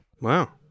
Wow